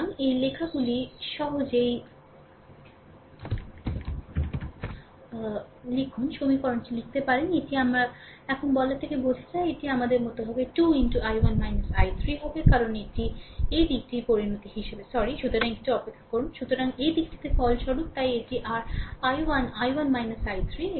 সুতরাং সেই লেখাগুলি সহজেই লিখুন সমীকরণটি লিখতে পারেন এটি এখন আমার বলা থেকে বোঝা যায় এটি তাদের মতো হবে এটি 2 i1 i3 হবে কারণ এটি এই দিকটির পরিণতি হিসাবে দুঃখিত সুতরাং একটু অপেক্ষা কর সুতরাং এই দিকটিতে ফলস্বরূপ তাই এটি r i1 i1 i3